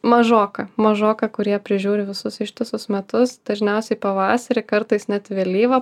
mažoka mažoka kurie prižiūri visus ištisus metus dažniausiai pavasarį kartais net vėlyvą